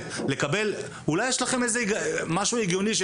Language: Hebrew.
אולי יש לכם משהו הגיוני.